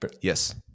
Yes